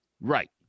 Right